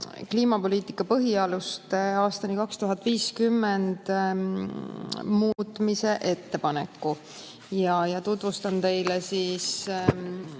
"Kliimapoliitika põhialused aastani 2050" muutmise ettepaneku ning tutvustan teile selle